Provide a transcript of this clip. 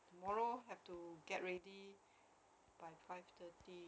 tomorrow have to get ready by five thirty